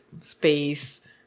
space